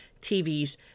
TVs